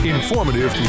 Informative